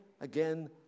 again